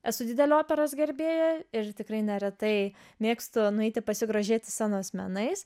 esu didelė operos gerbėja ir tikrai neretai mėgstu nueiti pasigrožėti scenos menais